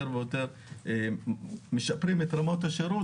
יותר ויותר משפרים את רמת השירות,